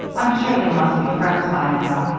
i'm sure they must be friends by now,